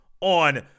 on